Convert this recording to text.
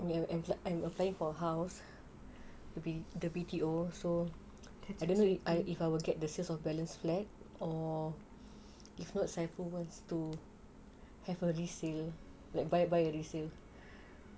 and I'm applying for house the B_T_O so I don't know if I if I would get the sales of balance flats or if not cheaper ones if not have a resale like buy buy a resale !wah! that's that's okay too